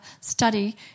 study